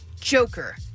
Joker